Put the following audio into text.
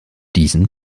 diesen